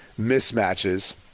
mismatches